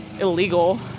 illegal